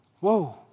Whoa